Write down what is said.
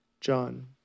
John